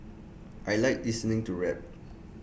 I Like listening to rap